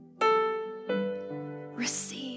Receive